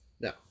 No